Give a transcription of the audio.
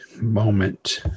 moment